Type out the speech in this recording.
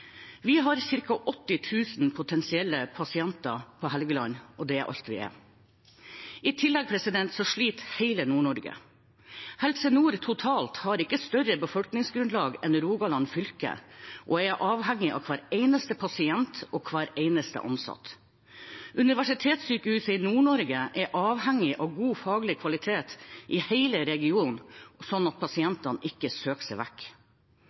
Vi har ca. 80 000 potensielle pasienter på Helgeland, og det er alt vi er. I tillegg sliter hele Nord-Norge. Helse Nord totalt har ikke større befolkningsgrunnlag enn Rogaland fylke og er avhengig av hver eneste pasient og hver eneste ansatt. Universitetssykehuset Nord-Norge er avhengig av god faglig kvalitet i hele regionen, sånn at pasientene ikke søker seg vekk.